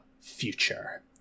future